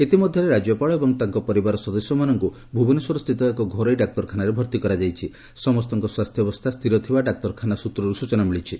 ଇତିମଧ୍ଧରେ ରାକ୍ୟପାଳ ଓ ତାଙ୍କ ପରିବାର ସଦସ୍ୟମାନଙ୍କୁ ଭୁବନେଶ୍ୱର ସ୍ଥିତ ଏକ ଘରୋଇ ଡାକ୍ତରଖାନାରେ ଭର୍ଉ କରାଯାଇଛି ସମସ୍ତଙ୍କ ସ୍ୱାସ୍ସ୍ୟାବସ୍କା ସ୍ପିର ଥିବା ଡାକ୍ତରଖାନା ସୂତ୍ରରୁ ସୂଚନା ମିଳିଛି